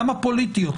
גם הפוליטיות,